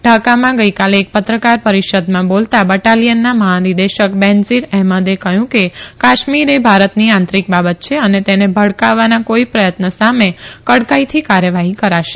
ઢાકામાં ગઈકાલે એક પત્રકાર પરિષદમાં બોલતાં બ ાલીયનના મહાનિદેશક બેનઝીર અહેમદે કહયું કે કાશ્મીર એ ભારતની આંતરિક બાબત છે અને તેને ભડકાવાના કોઈપણ પ્રથત્ન સામે કડકાઈથી કાર્યવાહી કરાશે